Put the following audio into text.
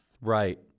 right